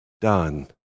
done